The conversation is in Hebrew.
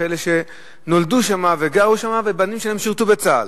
כאלה שנולדו שם וגרו שם והבנים שלהם שירתו בצה"ל,